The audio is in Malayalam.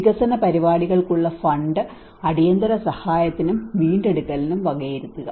വികസന പരിപാടികൾക്കുള്ള ഫണ്ട് അടിയന്തര സഹായത്തിനും വീണ്ടെടുക്കലിനും വകയിരുത്തുക